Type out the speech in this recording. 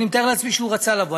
אני מתאר לעצמי שהוא רצה לבוא.